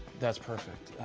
that's perfect.